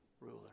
ruler